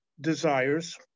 desires